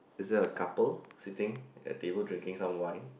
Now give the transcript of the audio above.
is there a couple sitting at a table drinking some wine